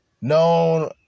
Known